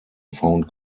found